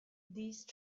these